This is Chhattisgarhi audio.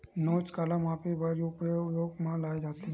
नोच काला मापे बर उपयोग म लाये जाथे?